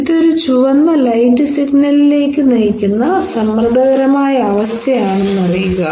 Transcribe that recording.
ഇത് ഒരു ചുവന്ന ലൈറ്റ് സിഗ്നലിലേക്ക് നയിക്കുന്ന സമ്മർദ്ദകരമായ അവസ്ഥ ആണെന്ന് അറിയുക